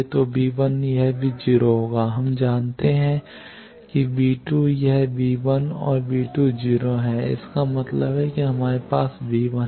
तो यह भी 0 होगा और हम जानते हैं कि यह और0 है इसका मतलब है हमारे पास है